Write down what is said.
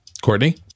Courtney